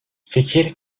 fikir